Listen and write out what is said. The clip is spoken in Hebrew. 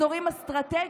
אזורים אסטרטגיים,